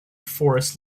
forest